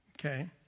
Okay